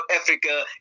Africa